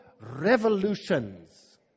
revolutions